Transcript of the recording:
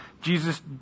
Jesus